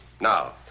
Now